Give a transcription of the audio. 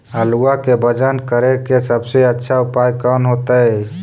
आलुआ के वजन करेके सबसे अच्छा उपाय कौन होतई?